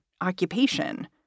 occupation